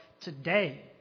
today